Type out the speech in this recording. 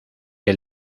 que